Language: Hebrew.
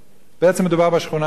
בעצם מדובר בשכונה שלנו.